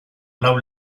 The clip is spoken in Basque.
lau